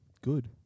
Good